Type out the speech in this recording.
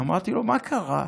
אמרתי לו: מה קרה?